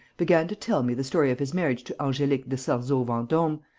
began to tell me the story of his marriage to angelique de sarzeau-vendome,